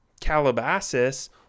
Calabasas